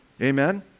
amen